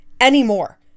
anymore